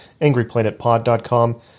angryplanetpod.com